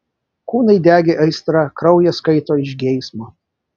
kūnai degė aistra kraujas kaito iš geismo